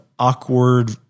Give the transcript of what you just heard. awkward